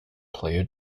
player